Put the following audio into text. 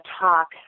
talk